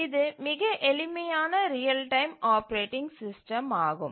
இது மிக எளிமையான ரியல் டைம் ஆப்பரேட்டிங் சிஸ்டம் ஆகும்